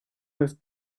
with